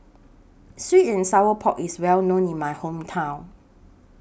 Sweet and Sour Pork IS Well known in My Hometown